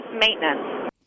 maintenance